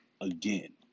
Again